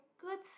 good